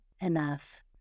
Enough